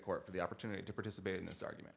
court for the opportunity to participate in this argument